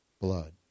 blood